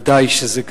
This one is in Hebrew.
בוודאי שגם זה.